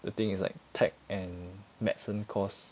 the thing is like tech and medicine course